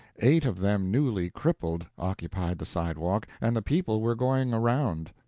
eight of them newly crippled, occupied the sidewalk, and the people were going around.